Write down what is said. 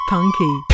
Punky